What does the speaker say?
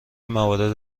موارد